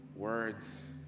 words